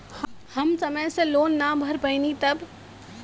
हम समय से लोन ना भर पईनी तब?